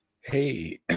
hey